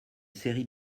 série